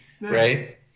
right